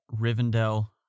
Rivendell